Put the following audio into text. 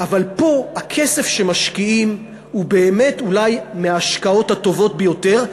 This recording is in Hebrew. אבל הכסף שמשקיעים פה הוא באמת אולי מההשקעות הטובות ביותר,